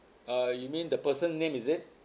uh you mean the person name is it